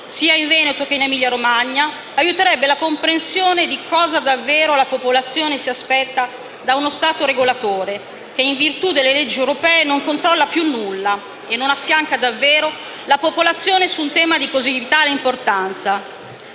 sia in Veneto che in Emilia-Romagna, aiuterebbe la comprensione di cosa davvero la popolazione si aspetta da uno Stato regolatore, che in virtù delle leggi europee non controlla più nulla e non affianca davvero la popolazione su un tema di così vitale importanza.